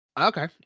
Okay